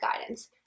guidance